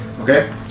Okay